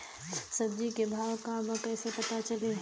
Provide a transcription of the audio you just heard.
सब्जी के भाव का बा कैसे पता चली?